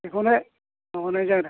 बेखौनो माबानाय होनाय जादों